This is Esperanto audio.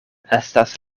estas